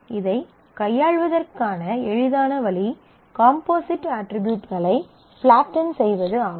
இதைக் கையாள்வதற்கான எளிதான வழி காம்போசிட் அட்ரிபியூட்களை ஃப்லாட்டென் செய்வது ஆகும்